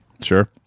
Sure